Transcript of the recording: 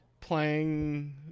playing